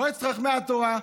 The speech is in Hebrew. מועצת חכמי התורה,